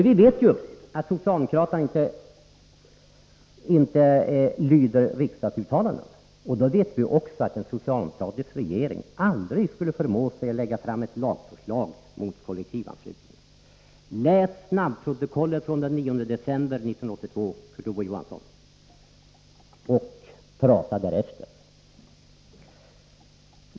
Vi vet ju att socialdemokraterna inte lyder riksdagens uttalanden. Vi vet också att en socialdemokratisk regering aldrig skulle förmå sig till att lägga fram förslag om en lag mot kollektivanslutning. Läs snabbprotokollet från den 9 december 1982, Kurt Ove Johansson, och prata därefter.